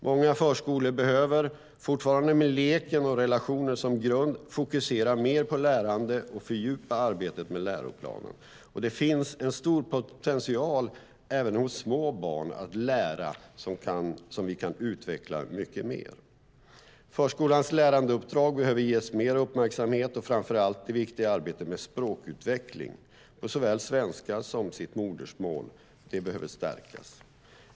Många förskolor behöver, fortfarande med leken och relationer som grund, fokusera mer på lärande och fördjupa arbetet med läroplanen. Det finns en stor potential även hos små barn att lära som vi kan utveckla mycket mer. Förskolans lärandeuppdrag behöver ges mer uppmärksamhet. Framför allt behöver det viktiga arbetet med språkutveckling, i såväl svenska som modersmål, stärkas.